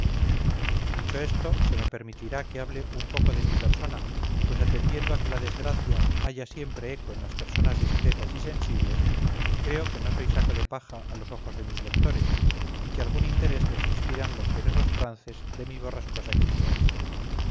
dicho esto se me permitirá que hable un poco de mi persona pues atendiendo a que la desgracia halla siempre eco en las personas discretas y sensibles creo que no soy saco de paja a los ojos de mis lectores y que algún interés les inspiran los penosos trances de mi